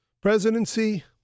presidency